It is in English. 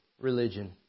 religion